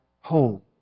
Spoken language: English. home